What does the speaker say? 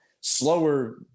slower